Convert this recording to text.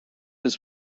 his